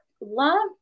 Love